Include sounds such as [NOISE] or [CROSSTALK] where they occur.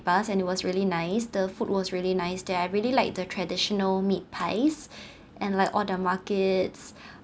bus and it was really nice the food was really nice there I really like the traditional meat pies [BREATH] and like all the markets